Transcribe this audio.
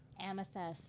Amethyst